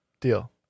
Deal